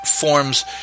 forms